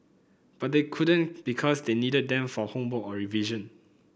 but they couldn't because they needed them for homework or revision